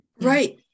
Right